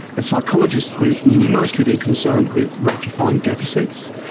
as psychologists we've mostly been concerned with rectifying deficits,